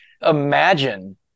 imagine